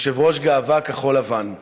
יושב-ראש "גאווה כחול לבן":